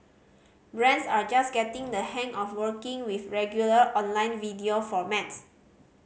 brands are just getting the hang of working with regular online video formats